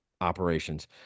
operations